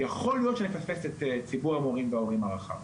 יכול להיות שנפספס את ציבור המורים וההורים הרחב.